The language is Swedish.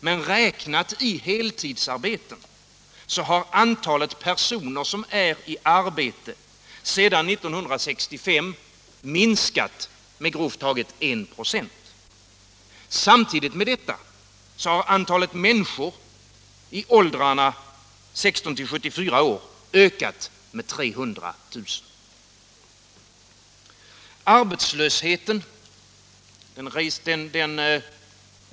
Men räknat i heltidsarbeten har antalet personer i arbete sedan 1965 minskat med grovt räknat 1 96. Samtidigt har antalet människor i åldrarna 16-74 år ökat med 300 000.